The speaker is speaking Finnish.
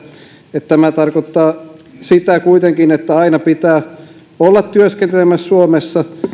että tämä tarkoittaa kuitenkin että aina pitää olla työskentelemässä suomessa